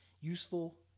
Useful